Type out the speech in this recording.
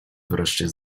wreszcie